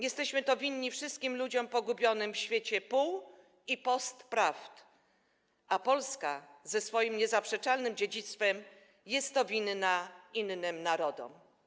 Jesteśmy to winni wszystkim ludziom pogubionym w świecie pół- i postprawd, a Polska ze swoim niezaprzeczalnym dziedzictwem jest to winna innym narodom.